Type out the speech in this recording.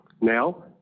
Now